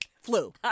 Flu